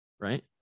right